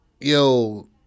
yo